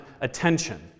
attention